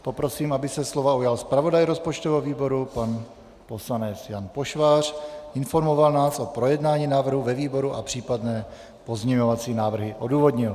Poprosím, aby se slova ujal zpravodaj rozpočtového výboru pan poslanec Jan Pošvář a informoval nás o projednání návrhu ve výboru a případné pozměňovací návrhy odůvodnil.